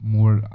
More